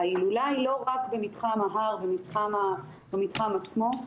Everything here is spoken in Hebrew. ההילולה היא לא רק במתחם ההר, במתחם עצמו,